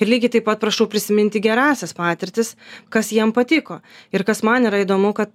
ir lygiai taip pat prašau prisiminti gerąsias patirtis kas jiem patiko ir kas man yra įdomu kad